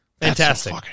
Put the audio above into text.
Fantastic